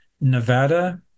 Nevada